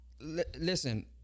listen